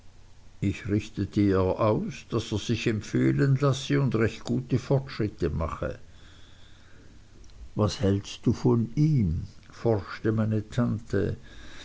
ich richtete ihr aus daß er sich empfehlen lasse und recht gute fortschritte mache was hältst du von ihm forschte meine tante